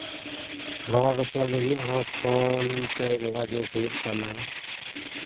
ᱨᱚᱲ ᱨᱚᱯᱚᱲ ᱞᱟᱹᱜᱤᱫ ᱦᱚᱸ ᱯᱷᱳᱱ ᱛᱮ ᱡᱳᱜᱟᱡᱳᱜᱽ ᱦᱩᱭᱩᱜ ᱠᱟᱱᱟ